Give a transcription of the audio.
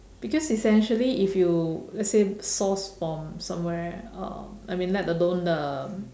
because essentially if you let's say source from somewhere um I mean let alone um